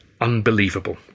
unbelievable